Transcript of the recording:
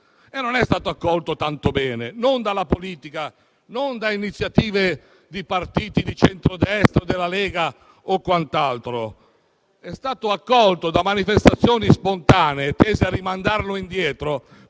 e non è stato accolto tanto bene, non dalla politica, non da iniziative di partiti di centrodestra, della Lega o quant'altro. È stato accolto da manifestazioni spontanee tese a rimandarlo indietro,